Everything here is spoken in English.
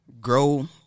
grow